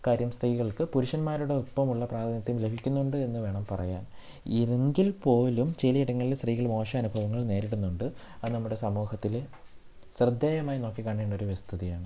കാര്യം സ്ത്രീകൾക്ക് പുരുഷന്മാരുടെ ഒപ്പമുള്ള പ്രാതിനിധ്യം ലഭിക്കുന്നുണ്ട് എന്ന് വേണം പറയാൻ എങ്കിൽ പോലും ചിലയിടങ്ങളിൽ സ്ത്രീകൾ മോശം അനുഭവങ്ങൾ നേരിടുന്നുണ്ട് അത് നമ്മുടെ സമൂഹത്തിൽ ശ്രദ്ധേയമായി നോക്കി കാണേണ്ട ഒരു വ്യവസ്ഥിതിയാണ്